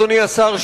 אדוני השר,